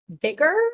bigger